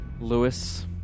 Lewis